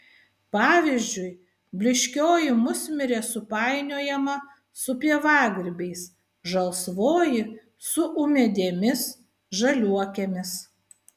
pavyzdžiui blyškioji musmirė supainiojama su pievagrybiais žalsvoji su ūmėdėmis žaliuokėmis